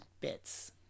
bits